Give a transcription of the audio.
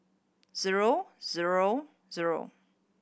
zero zero zero